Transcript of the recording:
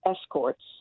escorts